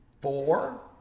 four